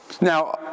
Now